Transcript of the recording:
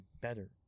better